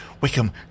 Wickham